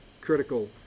critical